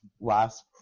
last